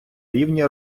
рівні